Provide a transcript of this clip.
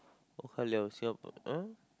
bao ka liao Singapore uh